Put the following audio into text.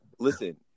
Listen